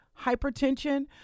hypertension